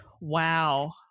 Wow